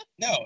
no